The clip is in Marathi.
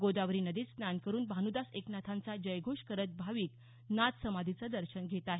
गोदावरी नदीत स्नान करून भानुदास एकनाथांचा जयघोष करत भाविक नाथ समाधीचं दर्शन घेत आहेत